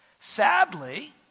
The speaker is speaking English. Sadly